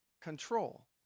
control